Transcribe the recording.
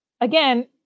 again